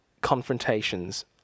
confrontations